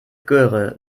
göre